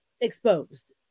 exposed